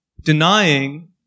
denying